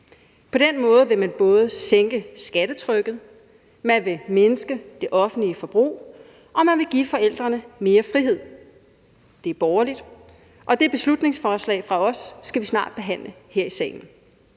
På den måde vil man både sænke skattetrykket, man vil mindske det offentlige forbrug, og man vil give forældrene mere frihed. Det er borgerligt, og det beslutningsforslag fra os skal vi snart behandle her i salen.